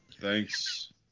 Thanks